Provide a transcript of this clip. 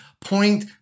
point